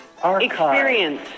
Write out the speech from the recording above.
Experience